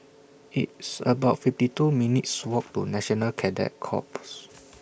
It's about fifty two minutes' Walk to National Cadet Corps